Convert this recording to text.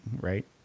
Right